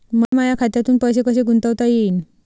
मले माया खात्यातून पैसे कसे गुंतवता येईन?